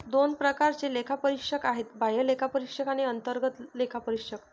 दोन प्रकारचे लेखापरीक्षक आहेत, बाह्य लेखापरीक्षक आणि अंतर्गत लेखापरीक्षक